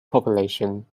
population